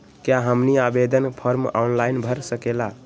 क्या हमनी आवेदन फॉर्म ऑनलाइन भर सकेला?